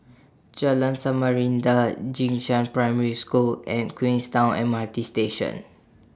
Jalan Samarinda Jing Shan Primary School and Queenstown M R T Station